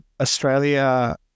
Australia